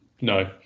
No